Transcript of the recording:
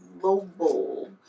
global